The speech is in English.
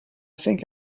think